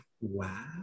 Wow